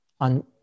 on